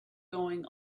going